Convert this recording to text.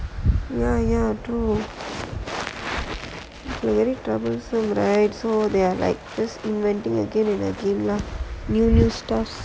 ya ya true you very troublesome right so they are like this inventing again and again lah new new stores